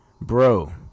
bro